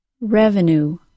Revenue